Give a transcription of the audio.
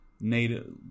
native